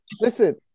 listen